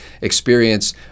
experience